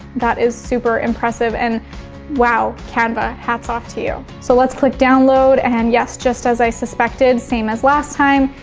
that is super impressive and wow, canva, hats off to you. so let's click download and yes, just as i suspected, same as last time.